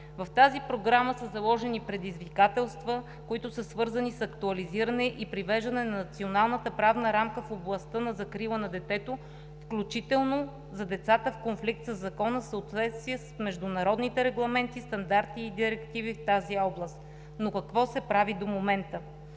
В тази програма са заложени предизвикателства, които са свързани с актуализиране и привеждане на националната правна рамка в областта на закрила на детето, включително за децата в конфликт със закона, в съответствие с международните регламенти, стандарти и директиви в тази област. Но какво се прави до момента?